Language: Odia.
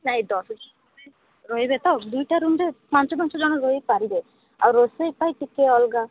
ନାଇଁ ଦଶ ରହିବେ ତ ଦୁଇଟା ରୁମ୍ରେ ପାଞ୍ଚ ପାଞ୍ଚ ଜଣ ରହିପାରିବେ ଆଉ ରୋଷେଇ ପାଇଁ ଟିକେ ଅଲଗା